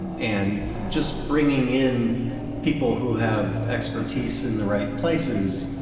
and just bringing in people who have expertise in the right places